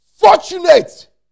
Fortunate